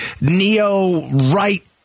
neo-right